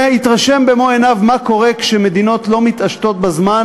ויתרשם במו עיניו מה קורה כשמדינות לא מתעשתות בזמן